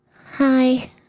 Hi